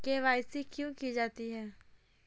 KYC क्यों की जाती है?